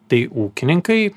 tai ūkininkai